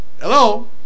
Hello